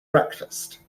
breakfast